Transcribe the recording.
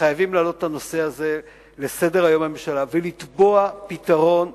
חייבים להעלות את הנושא הזה לסדר-היום בממשלה ולתבוע פתרון מסודר,